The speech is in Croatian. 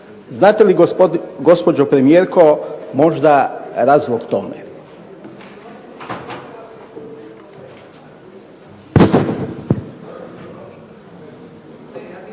Znate li gospođo premijerko možda razlog tome?